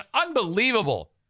unbelievable